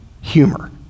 humor